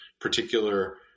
particular